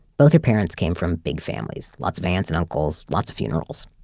both her parents came from big families. lots of aunts and uncles, lots of funerals.